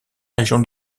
région